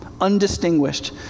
undistinguished